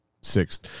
sixth